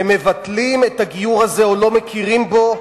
ומבטלים את הגיור הזה או לא מכירים בו,